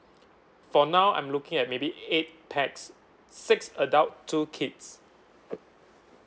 for now I'm looking at maybe eight pax six adult two kids